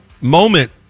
moment